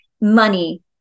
money